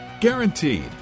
Guaranteed